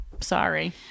Sorry